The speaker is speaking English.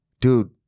dude